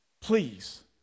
please